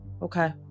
Okay